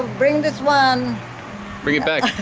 bring this one bring it back?